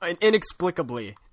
inexplicably